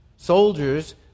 Soldiers